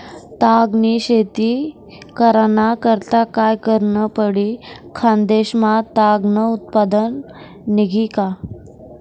ताग नी शेती कराना करता काय करनं पडी? खान्देश मा ताग नं उत्पन्न निंघी का